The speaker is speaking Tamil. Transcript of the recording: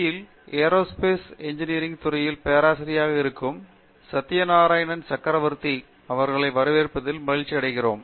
யில் ஏரோஸ்பேஸ் இன்ஜினியரிங் துறையின் பேராசிரியராக இருக்கும் சத்யநாராயணன் சக்ரவர்த்தி அவர்களை வரவேற்பதில் மகிழ்ச்சி அடைகிறோம்